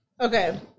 Okay